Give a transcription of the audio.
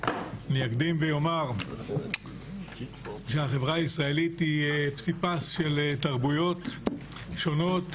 אני אקדים ואומר שהחברה הישראלית היא פסיפס של תרבויות שונות,